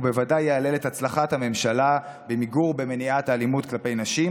ובוודאי יהלל את הצלחת הממשלה במיגור ובמניעת האלימות כלפי נשים,